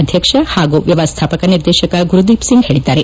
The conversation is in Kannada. ಅಧ್ಯಕ್ಷ ಹಾಗೂ ವ್ಯವಸ್ಥಾಪಕ ನಿರ್ದೇಶಕ ಗುರುದೀಷ್ ಸಿಂಗ್ ಹೇಳಿದ್ದಾರೆ